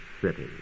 City